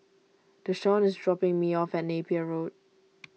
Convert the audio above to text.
Dashawn is dropping me off at Napier Road